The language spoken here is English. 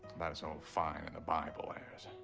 that's all fine in the bible, ayers.